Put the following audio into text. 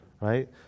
right